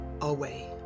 away